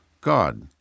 God